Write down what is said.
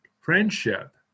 friendship